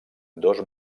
dos